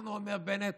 אנחנו" אומר בנט,